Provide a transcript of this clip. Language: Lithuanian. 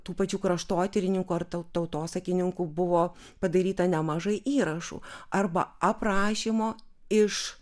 tų pačių kraštotyrinių ar tau tautosakininkų buvo padaryta nemažai įrašų arba aprašymo iš